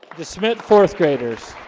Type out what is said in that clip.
de schmitt fourth graders